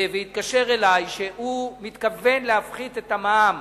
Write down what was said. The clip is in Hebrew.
ואמר לי שהוא מתכוון להפחית את המע"מ